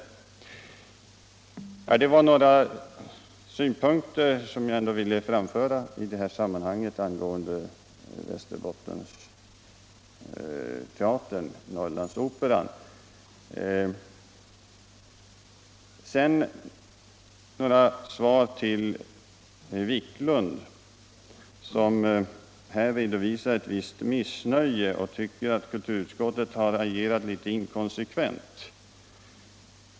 Jag har velat anföra dessa synpunkter på Västerbottensteatern Norrlandsoperan. Sedan vill jag också säga något som svar till herr Wiklund, som här redovisade ett visst missnöje och ansåg att kulturutskottet har agerat litet inkonsekvent.